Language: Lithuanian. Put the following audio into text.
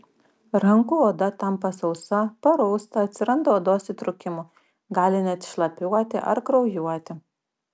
rankų oda tampa sausa parausta atsiranda odos įtrūkimų gali net šlapiuoti ar kraujuoti